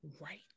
Right